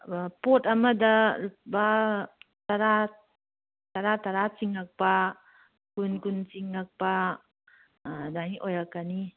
ꯄꯣꯠ ꯑꯃꯗ ꯂꯨꯄꯥ ꯇꯔꯥ ꯇꯔꯥ ꯇꯔꯥ ꯆꯤꯡꯉꯛꯄ ꯀꯨꯟ ꯀꯨꯟ ꯆꯤꯡꯉꯛꯄ ꯑꯥ ꯑꯗꯥꯏꯅ ꯑꯣꯏꯔꯛꯀꯅꯤ